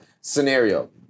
scenario